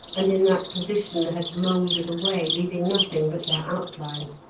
and in that position had mouldered away leaving nothing but their outline.